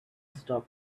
stop